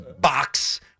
box